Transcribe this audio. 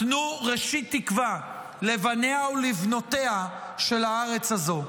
תנו ראשית תקווה לבניה ולבנותיה של הארץ הזאת.